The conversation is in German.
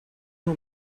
nur